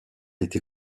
été